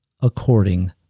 according